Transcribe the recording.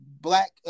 black